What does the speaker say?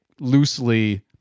loosely